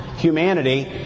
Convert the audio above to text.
humanity